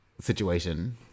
situation